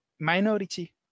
minority